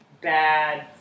bad